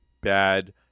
bad